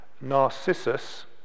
Narcissus